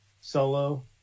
solo